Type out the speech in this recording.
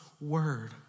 word